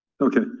Okay